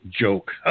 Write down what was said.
joke